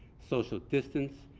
social distance,